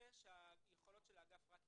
אני מאוד מקווה שיכולות האגף רק יעלו.